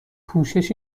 پوشش